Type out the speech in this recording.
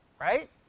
Right